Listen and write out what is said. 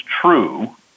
true